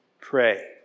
Pray